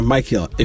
Michael